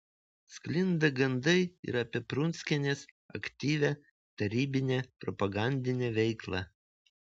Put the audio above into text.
sklinda gandai ir apie prunskienės aktyvią tarybinę propagandinę veiklą